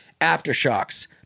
Aftershocks